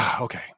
Okay